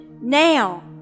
Now